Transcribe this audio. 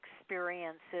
experiences